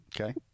Okay